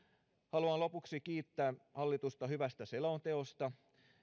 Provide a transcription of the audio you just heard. haluan lopuksi kiittää hallitusta hyvästä selonteosta